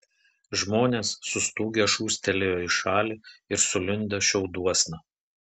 žmonės sustūgę šūstelėjo į šalį ir sulindo šiauduosna